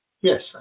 Yes